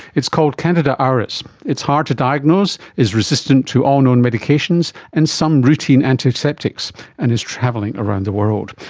it's called candida auris. it's hard to diagnose, is resistant to all known medications and some routine antiseptics and is travelling around the world.